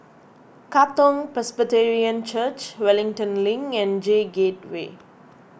Katong Presbyterian Church Wellington Link and J Gateway